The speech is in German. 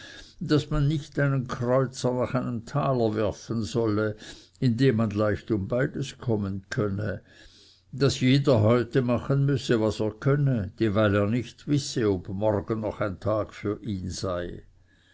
daß man nicht einen kreuzer nach einem taler werfen solle indem man leicht um beides kommen könne daß jeder heute machen müsse was er könne dieweil er nicht wisse ob morgen noch ein tag für ihn sei